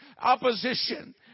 opposition